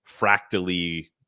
fractally